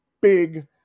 big